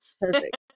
Perfect